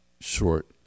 short